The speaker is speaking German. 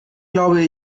glaube